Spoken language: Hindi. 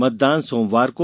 मतदान सोमवार को